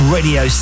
Radio